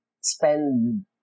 spend